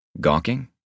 Gawking